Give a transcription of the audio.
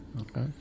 Okay